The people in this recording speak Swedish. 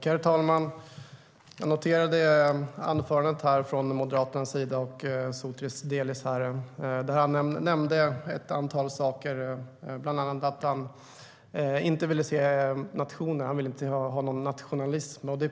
Herr talman! Sotiris Delis från Moderaterna nämnde i sitt huvudanförande ett antal saker, bland annat att han inte ville se nationer eller ha någon nationalism.